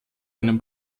einem